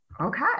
okay